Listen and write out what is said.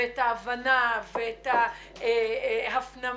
את ההבנה ואת ההפנמה,